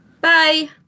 Bye